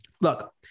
look